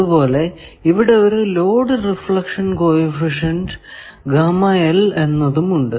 അതുപോലെ ഇവിടെ ഒരു ലോഡ് റിഫ്ലക്ഷൻ കോ എഫിഷ്യന്റ് എന്നതും ഉണ്ട്